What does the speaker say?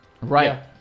Right